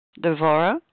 Devora